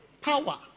power